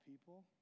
people